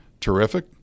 terrific